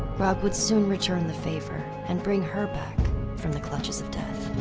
grog would soon return the favor and bring her back from the clutches of death.